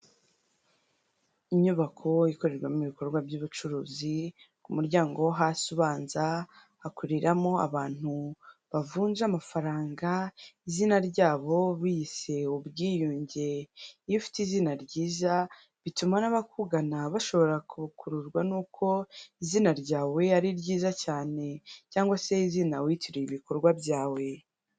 Inyubako ikorerwa ibikorwa bw'ubucuruzi ku muryango wo hasi, ubanza hakoreramo babantu bavunja amafaranga, izina ryabo biyise Ubwiyunge. Iyo ufite izina ryiza bituma n'abakugana bashobora gukururwa ni uko izina ryawe ari ryiza cyane cyangwase izina witiriye ibikorwa byawe.